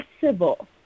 civil